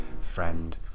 friend